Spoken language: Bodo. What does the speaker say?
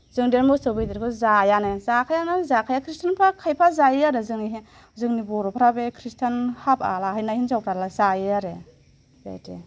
जों दे मोसौ बेदरखौ जायानो जाखायानो जाखाया किसुमानफ्रा खायफा जायो आरो जोंनिहाय जोंनि बर'फ्रा खृष्टान हाबा लाहैनाय हिनजावफ्रालाय जायो आरो बेबायदि